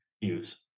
use